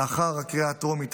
לאחר הקריאה הטרומית,